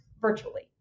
virtually